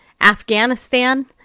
Afghanistan